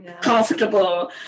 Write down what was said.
comfortable